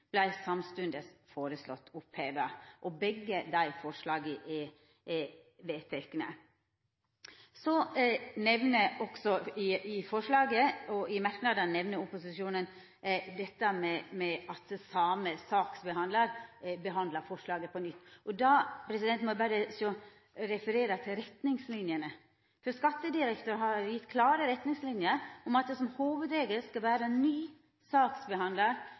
vart samstundes føreslått oppheva. Begge desse forslaga er vedtekne. I merknadene i innstillinga nemner opposisjonen også at same saksbehandlar behandlar forslaget på nytt. Da må eg berre referera til retningslinjene. Skattedirektoratet har gjeve klare retningslinjer om at det som hovudregel skal vera ny